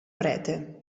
prete